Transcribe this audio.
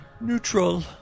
Neutral